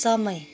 समय